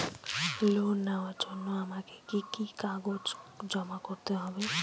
Loan নেওয়ার জন্য আমাকে কি কি কাগজ জমা করতে হবে?